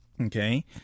Okay